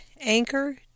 Anchor